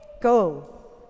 Go